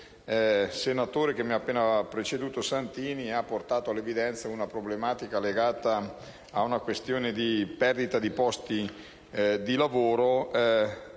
Santini, che mi ha appena preceduto, ha portato all'evidenza una problematica legata ad una questione di perdita di posti di lavoro